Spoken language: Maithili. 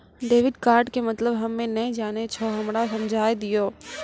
डेबिट कार्ड के मतलब हम्मे नैय जानै छौ हमरा समझाय दियौ?